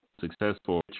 successful